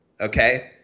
Okay